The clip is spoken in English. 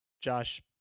Josh